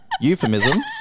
Euphemism